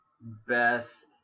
best